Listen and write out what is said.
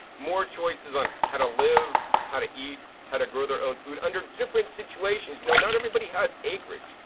more choices on how to live, how to eat, how to grow their own food under different situations. not everybody has acreage.